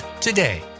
today